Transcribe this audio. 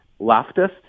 leftists